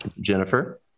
Jennifer